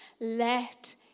Let